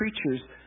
creatures